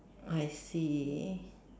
I see